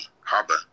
Harbor